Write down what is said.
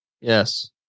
Yes